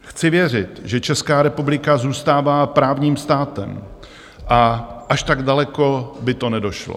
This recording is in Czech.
Chci věřit, že Česká republika zůstává právním státem a až tak daleko by to nedošlo.